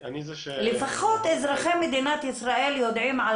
לפחות אזרחי מדינת ישראל יודעים על